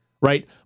right